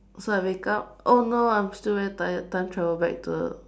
so I wake up oh no I am still very tired time travel back to the